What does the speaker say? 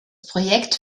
projekt